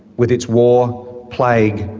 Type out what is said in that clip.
with its war, plague,